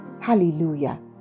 hallelujah